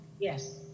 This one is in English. yes